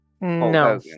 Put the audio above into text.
No